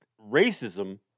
racism